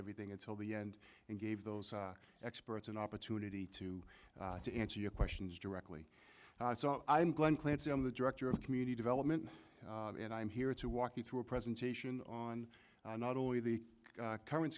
everything until the end and gave those experts an opportunity to to answer your questions directly so i'm glen clancy i'm the director of community development and i'm here to walk you through a presentation on not only the current